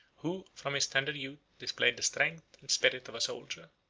who, from his tender youth, displayed the strength and spirit of a soldier.